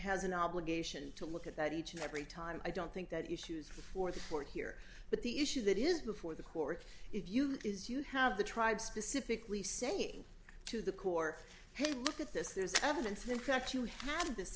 has an obligation to look at that each and every time i don't think that issues forth for here but the issue that is before the court if you do is you have the tribe specifically saying to the core hey look at this there's evidence in fact you had this